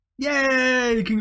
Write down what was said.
Yay